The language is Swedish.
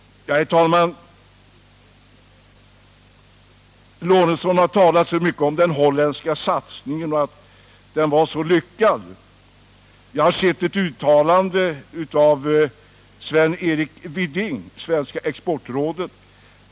Herr talman! Gustav Lorentzon har talat så mycket om den holländska satsningen och att den var så lyckad. Jag har sett ett uttalande av Sven-Erik Widing från Exportrådet.